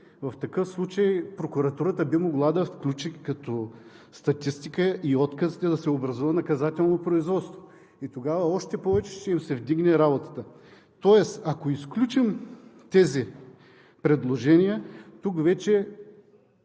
в такъв случай прокуратурата би могла да включи като статистика и отказите да се образува наказателно производство. Тогава още повече ще им се вдигне работата. Тоест, ако изключим тези предложения, тук вече